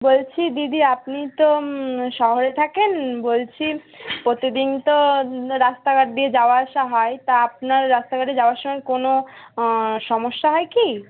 বলছি দিদি আপনি তো শহরে থাকেন বলছি প্রতিদিন তো রাস্তাঘাট দিয়ে যাওয়া আসা হয় তা আপনার রাস্তাঘাটে যাওয়ার সময় কোনো সমস্যা হয় কি